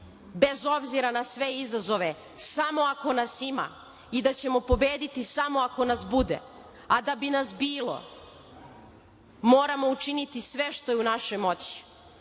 bez obzira na sve izazove, samo ako nas ima i da ćemo pobediti samo ako nas bude, a da bi nas bilo moramo učiniti sve što je u našoj moći.